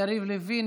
יריב לוין,